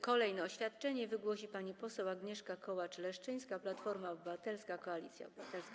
Kolejne oświadczenie wygłosi pani poseł Agnieszka Kołacz-Leszczyńska, Platforma Obywatelska - Koalicja Obywatelska.